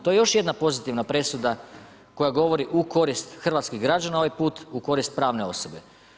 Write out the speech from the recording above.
To je još jedna pozitivna presuda koja govori u korist hrvatskih građana ovaj put, u korist pravne osobe.